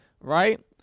right